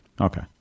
Okay